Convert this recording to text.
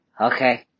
okay